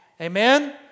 Amen